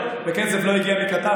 וכסף לא הגיע מקטאר,